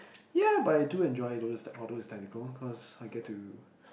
ya but I do enjoy it though although it's although it's technical cause I get to